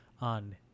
on